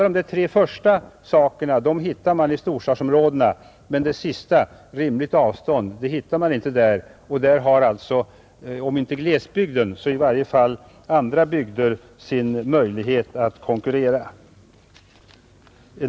De tre första villkoren uppfylls i storstadsområdena men det sista — rimligt avstånd — hittar man inte där, och i det avseendet har om inte glesbygden så i varje fall andra orter än storstadsområdena sin möjlighet att konkurrera.